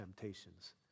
temptations